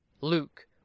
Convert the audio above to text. Luke